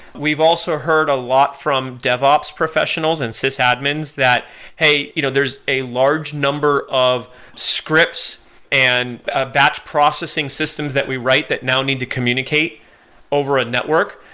we've also heard a lot from devops professionals and sysadmins that hey, you know there's a large number of scripts and ah batch processing systems that we write that now need to communicate over a network,